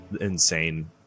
insane